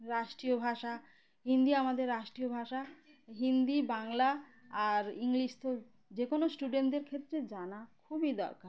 রাষ্ট্রীয় ভাষা হিন্দি আমাদের রাষ্ট্রীয় ভাষা হিন্দি বাংলা আর ইংলিশ তো যে কোনো স্টুডেন্টদের ক্ষেত্রে জানা খুবই দরকার